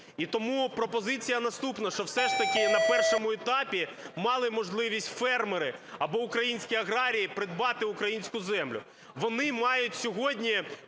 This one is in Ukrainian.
І тому пропозиція наступна, щоб все ж таки на першому етапі мали можливість фермери або українські аграрії придбати українську землю. Вони мають сьогодні